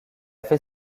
fait